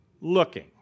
looking